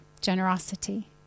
Generosity